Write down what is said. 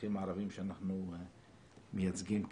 האזרחים הערבים שאנחנו מייצגים כאן.